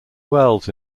wells